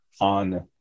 on